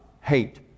hate